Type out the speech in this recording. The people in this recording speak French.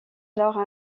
alors